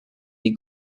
die